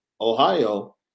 Ohio